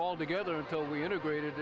all together until we integrated